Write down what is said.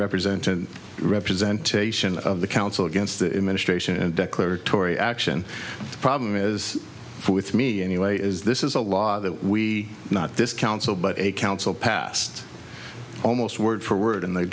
representing representation of the council against the administration and declaratory action the problem is with me anyway is this is a law that we not this council but a council passed almost word for word and they